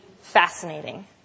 fascinating